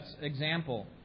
example